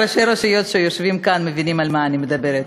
בטח ראשי רשויות שיושבים כאן מבינים על מה אני מדברת.